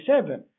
seven